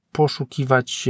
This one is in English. poszukiwać